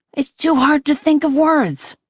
it's too hard to think of words.